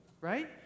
right